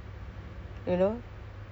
ya it was quite